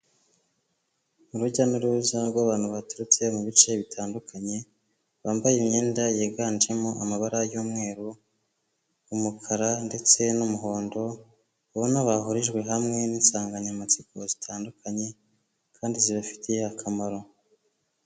Urujya n'uruza rw'abantu baturutse mu bice bitandukanye, bambaye imyenda yiganjemo amabara y'umweru, umukara ndetse n'umuhondo, ubona bahurijwe hamwe n'insanganyamatsiko zitandukanye kandi zibafitiye akamaro.